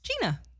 gina